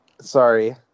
Sorry